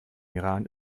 iran